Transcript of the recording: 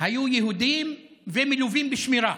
היו יהודים ומלווים בשמירה.